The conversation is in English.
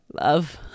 love